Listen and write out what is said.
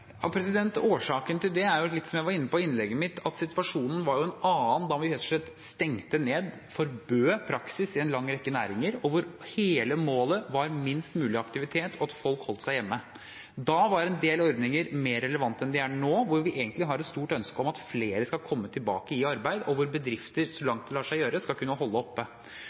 Som jeg var litt inne på i innlegget mitt, er årsaken til det at situasjonen var en annen da vi rett og slett stengte ned, forbød praksis i en lang rekke næringer, og hvor hele målet var minst mulig aktivitet og at folk holdt seg hjemme. Da var en del ordninger mer relevante enn de er nå, når vi egentlig har et stort ønske om at flere skal komme tilbake i arbeid, og at bedrifter, så langt det lar seg gjøre, skal kunne holde oppe.